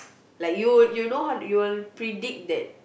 like you you know how you will predict that